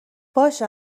باشه